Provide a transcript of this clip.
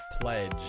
pledge